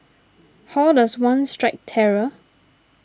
how does one strike terror